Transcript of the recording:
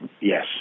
Yes